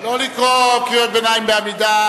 אני הייתי, לא לקרוא קריאות ביניים בעמידה.